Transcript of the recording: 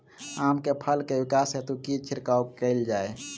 आम केँ फल केँ विकास हेतु की छिड़काव कैल जाए?